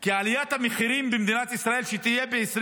כי עליית המחירים שתהיה במדינת ישראל ב-2025,